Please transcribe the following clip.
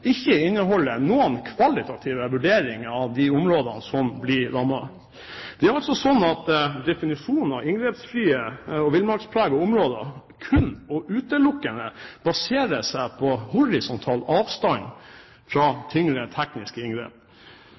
ikke inneholder noen kvalitative vurderinger av de områdene som blir rammet. Det er altså sånn at definisjonen av inngrepsfrie og villmarkspregede områder kun og utelukkende baserer seg på horisontal avstand fra tyngre tekniske inngrep.